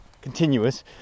continuous